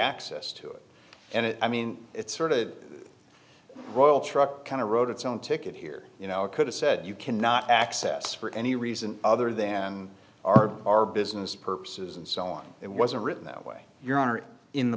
access to it and i mean it's sort of a royal truck kind of road its own ticket here you know it could have said you cannot access for any reason other than our our business purposes and so on it wasn't written that way your honor in the